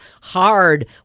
hard